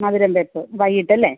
മധുരം വെപ്പ് വൈകീട്ടല്ലേ